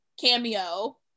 cameo